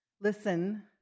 Listen